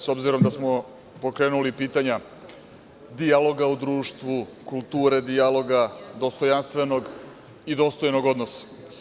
S obzirom, da smo pokrenuli pitanja dijaloga u društvu, kulture dijaloga, dostojanstvenog i dostojnog odnosa.